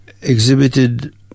exhibited